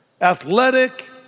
athletic